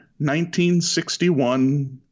1961